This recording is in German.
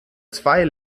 zwei